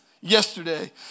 yesterday